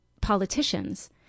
politicians